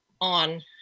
on